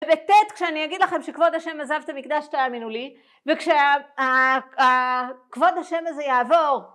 ותת כשאני אגיד לכם שכבוד השם עזב את המקדש תאמינו לי וכשהכבוד השם הזה יעבור